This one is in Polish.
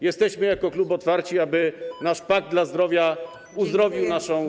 Jesteśmy jako klub otwarci na to, aby nasz „Pakt dla zdrowia” uzdrowił naszą.